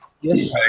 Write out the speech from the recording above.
Yes